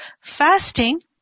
fasting